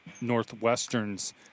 Northwestern's